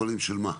פרוטוקולים של מה?